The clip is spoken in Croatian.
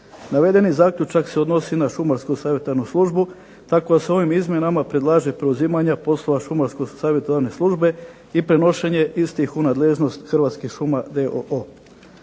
Navedeni zaključak se odnosi na šumarsku sanitarnu službu tako da se ovim izmjenama predlaže preuzimanje poslova šumarsko-savjetodavne službe i prenošenje istih u nadležnost Hrvatskih šuma